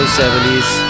70s